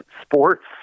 sports